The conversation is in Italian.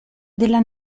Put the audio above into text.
della